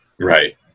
Right